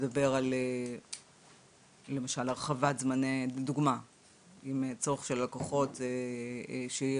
מדבר על הרחבת זמני צורך של הלקוחות שיהיה